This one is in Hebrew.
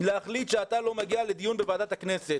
להחליט שאתה לא מגיע לדיון בוועדת הכנסת.